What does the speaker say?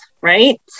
right